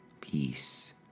peace